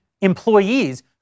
employees